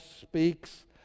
speaks